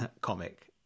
comic